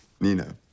Nina